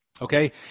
Okay